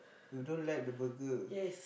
you don't like the burger